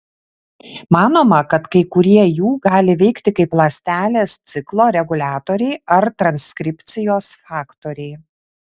manoma kad kai kurie jų gali veikti kaip ląstelės ciklo reguliatoriai ar transkripcijos faktoriai